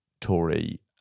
Tory